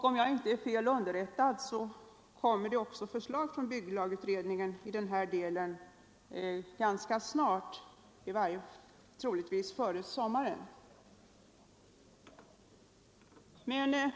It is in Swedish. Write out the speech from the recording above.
Om jag inte är fel underrättad kommer det också förslag från bygglagutredningen i den här delen ganska snart, troligtvis före sommaren.